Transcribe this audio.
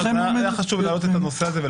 היה לי חשוב להעלות את הנושא הזה.